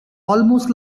almost